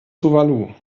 tuvalu